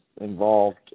involved